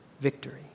victory